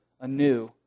anew